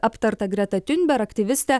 aptartą gretą tiunber aktyvistę